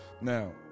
Now